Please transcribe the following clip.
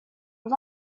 was